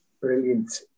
brilliant